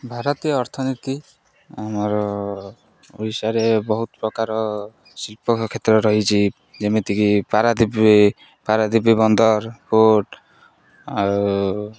ଭାରତୀୟ ଅର୍ଥନୀତି ଆମର ଓଡ଼ିଶାରେ ବହୁତ ପ୍ରକାର ଶିଳ୍ପ କ୍ଷେତ୍ର ରହିଛି ଯେମିତିକି ପାରାଦୀପ ପାରାଦୀପ ବନ୍ଦର ପୋର୍ଟ ଆଉ